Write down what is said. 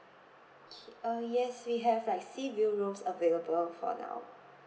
uh yes we have like sea view rooms available for now